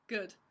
Good